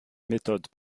méthode